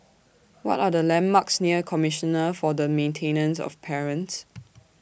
What Are The landmarks near Commissioner For The Maintenance of Parents